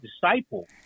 disciple